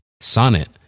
Sonnet